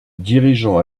dirigeant